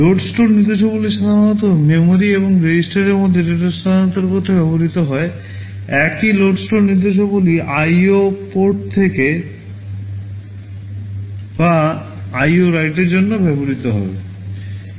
load store নির্দেশাবলী সাধারণত memory এবং রেজিস্ট্রারের মধ্যে ডেটা স্থানান্তর করতে ব্যবহৃত হয় একই লোড স্টোর নির্দেশাবলী আইও পোর্ট থেকে রিড বা আইও রাইট এর জন্য ব্যবহৃত হবে